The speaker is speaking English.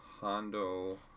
Hondo